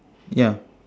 ya